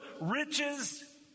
riches